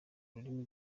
ururimi